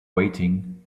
waiting